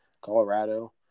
colorado